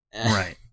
right